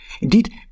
Indeed